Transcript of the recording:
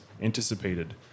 anticipated